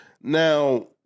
Now